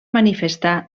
manifestar